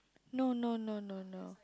no no no no no